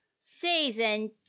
season